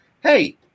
Hey